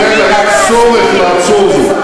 לכן היה צורך לעצור זאת,